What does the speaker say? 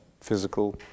physical